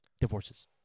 Divorces